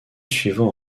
suivant